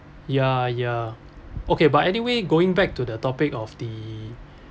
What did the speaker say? ya ya okay but anyway going back to the topic of the